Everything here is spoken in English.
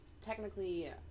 technically